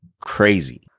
crazy